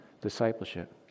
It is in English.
discipleship